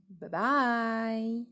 Bye-bye